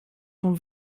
sont